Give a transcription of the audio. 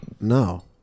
No